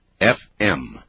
FM